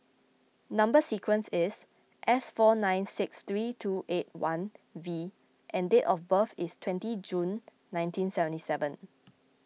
Number Sequence is S four nine six three two eight one V and date of birth is twenty June nineteen seventy seven